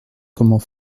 comment